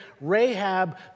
Rahab